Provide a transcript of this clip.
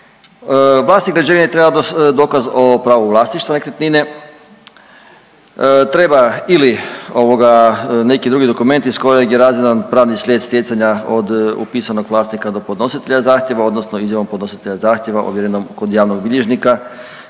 vlasnik građevine treba dokaz o pravu vlasništva nekretnine, treba ili neki drugi dokument iz kojeg je razvidan pravni slijed stjecanja od upisanog vlasnika do podnositelja zahtjeva odnosno izjavom podnositelja zahtjeva ovjerenom kod javnog bilježnika